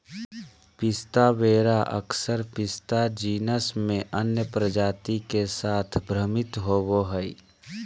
पिस्ता वेरा अक्सर पिस्ता जीनस में अन्य प्रजाति के साथ भ्रमित होबो हइ